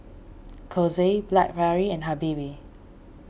Kose Blackberry and Habibie